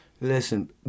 listen